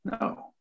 no